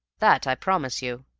that i promise you.